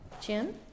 Jim